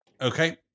okay